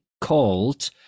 called